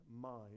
mind